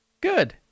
Good